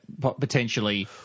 potentially